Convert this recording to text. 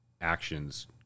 actions